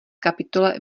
kapitole